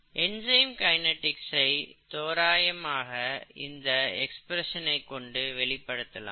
enzyme kinetics ஐ தோராயமாக இந்த எக்ஸ்பிரஸனை கொண்டு வெளிப்படுத்தலாம்